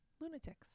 Lunatics